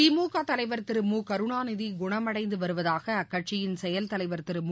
திமுக தலைவர் திரு முகருணாநிதி குணமடைந்து வருவதாக அக்கட்சியின் செயல் தலைவர் திரு மு